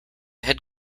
had